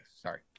Sorry